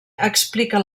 explica